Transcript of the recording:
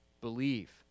believe